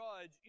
judge